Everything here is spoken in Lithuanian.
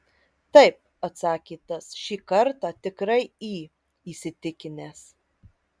taip atsakė tas šį kartą tikrai į įsitikinęs